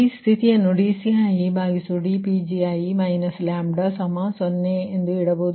ಈ ಸ್ಥಿತಿಯನ್ನು dCidPgi λ0 ಇಡಬಹುದು